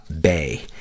Bay